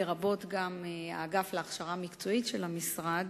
לרבות גם האגף להכשרה מקצועית של המשרד,